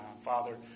Father